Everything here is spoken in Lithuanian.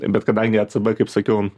bet kadangi ecb kaip sakiau